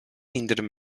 indirim